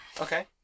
okay